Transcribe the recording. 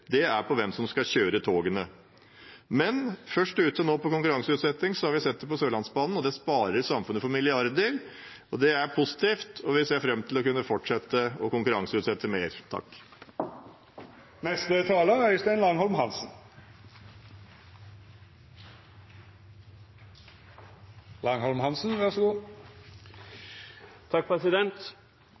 med hensyn til hvem som skal kjøre togene. Først ute med konkurranseutsetting var Sørlandsbanen, og vi har sett at det sparer samfunnet for milliarder. Det er positivt, og vi ser fram til å kunne fortsette å konkurranseutsette mer.